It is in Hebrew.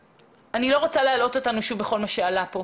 אני לא רוצה להלאות אתנו שוב בכל מה שעלה כאן.